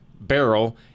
Barrel